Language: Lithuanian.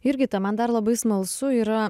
jurgita man dar labai smalsu yra